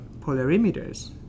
polarimeters